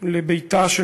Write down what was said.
לביתה של